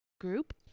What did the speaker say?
Group